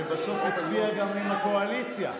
שבסוף הצביע גם עם הקואליציה.